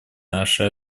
нашей